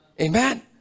Amen